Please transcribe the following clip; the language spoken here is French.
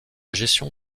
gestion